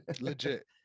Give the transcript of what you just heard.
Legit